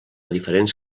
diferents